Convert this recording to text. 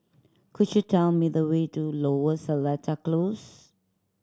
could you tell me the way to Lower Seletar Close